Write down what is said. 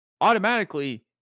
Automatically